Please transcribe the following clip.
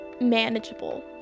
manageable